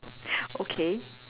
okay